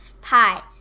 pie